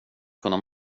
kunna